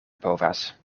povas